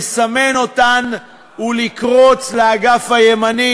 לסמן אותן ולקרוץ לאגף הימני,